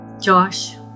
Josh